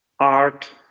Art